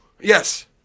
Yes